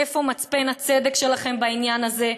איפה מצפן הצדק שלכם בעניין הזה?